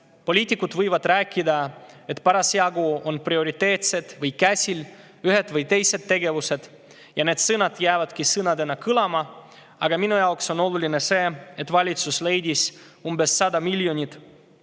poliitikud võivad rääkida, et parasjagu on prioriteetsed või käsil ühed või teised tegevused, ja need sõnad jäävadki sõnadena kõlama, aga minu jaoks on oluline see, et valitsus leidis umbes 100 miljonit